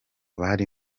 bari